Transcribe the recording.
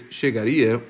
chegaria